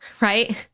right